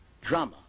drama